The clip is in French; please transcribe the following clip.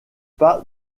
pas